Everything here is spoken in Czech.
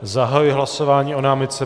Zahajuji hlasování o námitce.